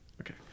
okay